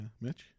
Mitch